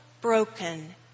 broken